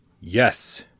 Yes